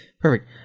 Perfect